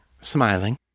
smiling